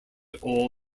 all